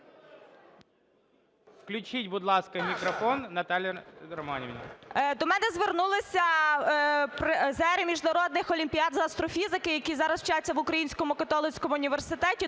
Включіть, будь ласка, мікрофон Наталії Романівні. 10:59:56 ПІПА Н.Р. До мене звернулися призери міжнародних олімпіад з астрофізики, які зараз вчаться в Українському католицькому університеті,